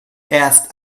erst